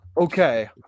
Okay